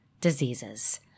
diseases